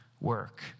work